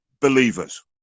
believers